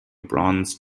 bronze